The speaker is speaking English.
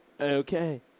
Okay